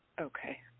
Okay